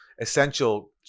essential